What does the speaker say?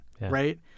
right